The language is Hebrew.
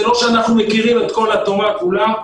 זה לא שאנחנו מכירים את כל התורה כולה,